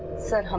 sir, um